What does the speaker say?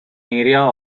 area